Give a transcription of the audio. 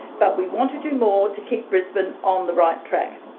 but we want to do more to keep brisbane on the right track.